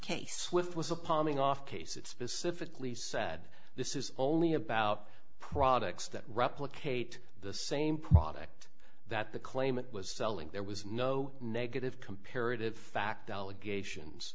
case with was a palming off case it specifically said this is only about products that replicate the same product that the claimant was selling there was no negative comparative fact allegations